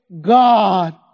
God